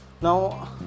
now